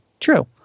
True